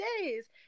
days